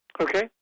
Okay